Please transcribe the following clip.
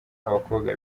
abakobwa